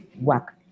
work